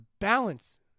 balance